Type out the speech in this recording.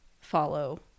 follow